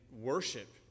worship